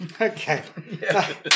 Okay